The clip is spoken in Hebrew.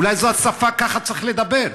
אולי זו השפה, ככה צריך לדבר.